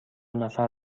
نفر